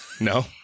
No